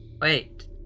Wait